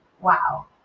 Wow